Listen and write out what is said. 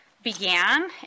began